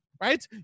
right